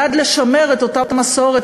בעד לשמר את אותה מסורת,